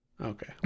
okay